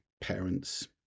parents